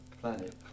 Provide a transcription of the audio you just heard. planet